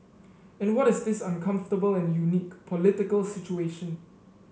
and what is this uncomfortable and unique political situation